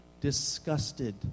disgusted